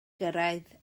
gyrraedd